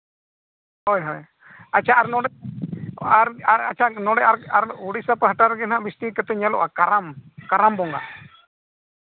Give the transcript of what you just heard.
ᱦᱳᱭ ᱦᱳᱭ ᱟᱪᱪᱷᱟ ᱟᱨ ᱱᱚᱰᱮ ᱟᱨ ᱟᱨ ᱟᱪᱪᱷᱟ ᱟᱨ ᱱᱚᱰᱮ ᱩᱲᱤᱥᱥᱟ ᱯᱟᱦᱴᱟ ᱨᱮᱜᱮ ᱱᱟᱦᱟᱜ ᱵᱮᱥᱛᱤ ᱠᱟᱛᱮᱫ ᱧᱮᱞᱚᱜᱼᱟ ᱠᱟᱨᱟᱢ ᱠᱟᱨᱟᱢ ᱵᱚᱸᱜᱟ